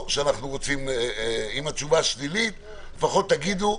אם התשובה שלילית, לפחות תגידו.